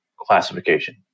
classification